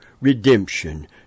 redemption